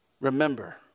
remember